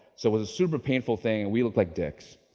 so it was a super painful thing and we looked like dicks.